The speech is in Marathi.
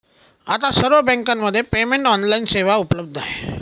आता सर्व बँकांमध्ये पेमेंट ऑनलाइन सेवा उपलब्ध आहे